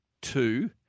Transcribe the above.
two